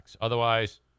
Otherwise